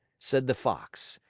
said the fox,